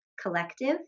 collective